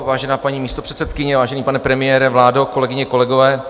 Vážená paní místopředsedkyně, vážený pane premiére, vládo, kolegyně, kolegové.